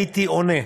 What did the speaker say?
הייתי עונה,